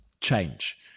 change